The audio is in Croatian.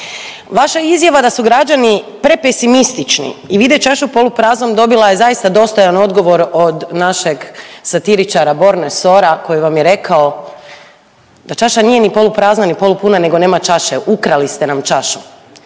Vaša izjava da su građani pre pesimistični i vide čašu polupraznom dobila je zaista dostojan odgovor od našeg satiričara Borne Sora koji vam je rekao da čaša nije ni poluprazna ni polupuna nego nema čaše, ukrali ste nam čašu.